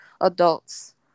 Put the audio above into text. adults